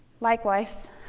Likewise